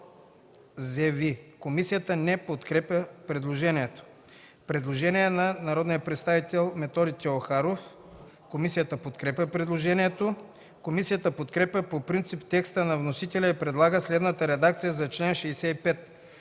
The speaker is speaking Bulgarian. ЗЕВИ.” Комисията не подкрепя предложението. Предложение на народния представител Методи Теохаров. Комисията подкрепя предложението. Комисията подкрепя по принцип текста на вносителя и предлага следната редакция за чл. 65: